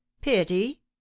pity